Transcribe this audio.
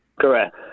correct